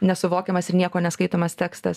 nesuvokiamas ir nieko neskaitomas tekstas